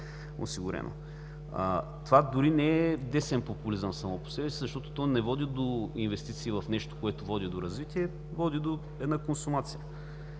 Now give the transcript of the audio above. Това дори не е десен популизъм само по себе си, защото то не води до инвестиции в нещо, което води до развитие, води до една консумация.